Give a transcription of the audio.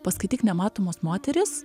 paskaityk nematomos moterys